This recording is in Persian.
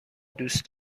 دوست